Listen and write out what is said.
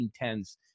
1910s